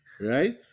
Right